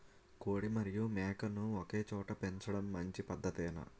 కోడి మరియు మేక ను ఒకేచోట పెంచడం మంచి పద్ధతేనా?